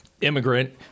immigrant